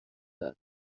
not